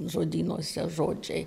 žodynuose žodžiai